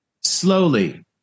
slowly